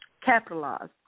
capitalize